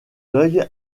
deuil